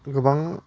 गोबां